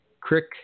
Crick